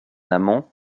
amant